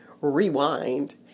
rewind